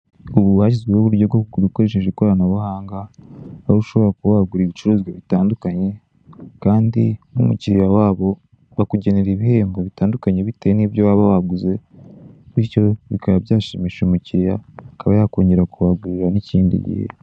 Ubu hashyizweho uburyo bukoresheje Ikiranabuhanga aho ushobora kuba wagura ibicuruzwa bitandukanye, kandi nk'umukiriya wabo bakugera ibihembo bitandukanye bitewe n'ibyo waba waguze, bityo bikaba bikaba byashimisha abakiriya akaba yakongera kubagurira n'ikindi gihe.